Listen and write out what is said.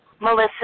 Melissa